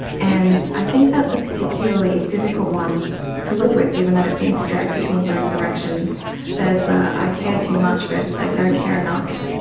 and i think that's a particularly difficult one to live with, given that it seems to drag people in both directions. there's the i care too much versus the i don't care enough.